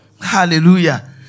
Hallelujah